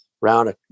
round